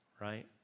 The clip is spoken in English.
Right